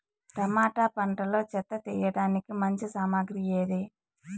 Tomato పంటలో చెత్త తీయడానికి మంచి సామగ్రి ఏది?